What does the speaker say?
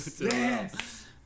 Yes